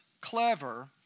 clever